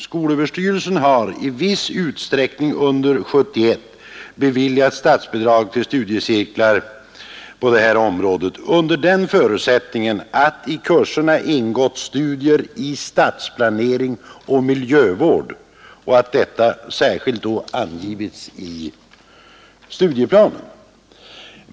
Skolöverstyrelsen har i viss utsträckning under 1971 beviljat statsbidrag till studiecirklar på detta område under den förutsättningen att i cirklarna ingår studier i stadsplanering och miljövård och att detta särskilt angivits i studieplanen.